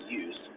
use